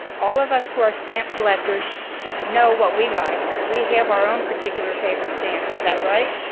all of us who are stamp collectors know what we like. we have our own particular favorite stamps. is that right?